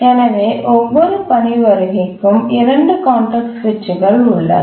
எனவே ஒவ்வொரு பணி வருகைக்கும் 2 கான்டெக்ஸ்ட் சுவிட்சுகள் உள்ளன